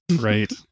Right